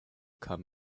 come